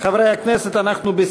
הרווחה והבריאות